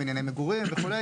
בנייני מגורים וכו',